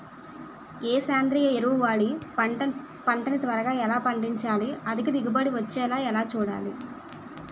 ఏ సేంద్రీయ ఎరువు వాడి పంట ని త్వరగా ఎలా పండించాలి? అధిక దిగుబడి వచ్చేలా ఎలా చూడాలి?